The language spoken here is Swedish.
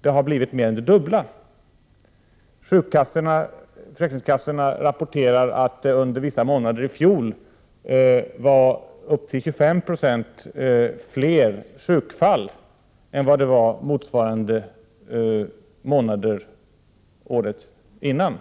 Det har blivit mer än det dubbla. Försäkringskassorna rapporterar att det under vissa månader i fjol var upp till 25 9 fler sjukfall än det var motsvarande månader året innan.